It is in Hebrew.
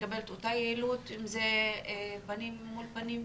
זה מקבל את אותה יעילות כמו של פנים אל פנים?